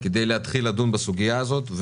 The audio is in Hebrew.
-- כדי להתחיל לדון בסוגיה הזאת,